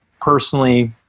personally